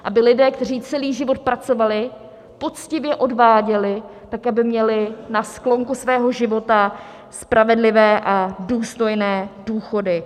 Aby lidé, kteří celý život pracovali, poctivě odváděli, měli na sklonku svého života spravedlivé a důstojné důchody.